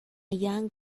young